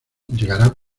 llegará